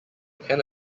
can